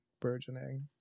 burgeoning